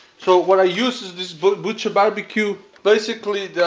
so what i use is this butcher barbecue. basically,